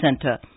Center